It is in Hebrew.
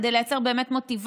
כדי לייצר מוטיבציה,